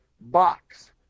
box